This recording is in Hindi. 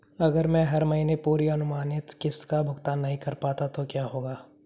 अगर मैं हर महीने पूरी अनुमानित किश्त का भुगतान नहीं कर पाता तो क्या होगा?